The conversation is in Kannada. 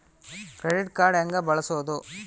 ಕ್ರೆಡಿಟ್ ಕಾರ್ಡ್ ಹೆಂಗ ಬಳಸೋದು?